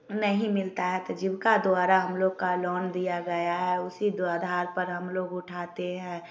नहीं मिलता है तो जीविका द्वारा हम लोग का लोन दिया गया है उसी आधार पर हम लोग उठाते हैं